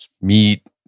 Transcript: meat